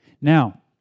Now